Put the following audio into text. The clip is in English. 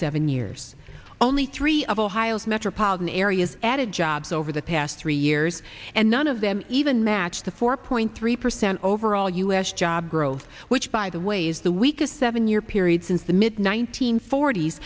seven years only three of ohio's metropolitan areas added jobs over the past three years and none of them even match the four point three percent overall u s job growth which by the way is the weakest seven year period since the mid